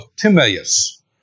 Timaeus